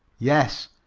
yes,